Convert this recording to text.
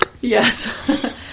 Yes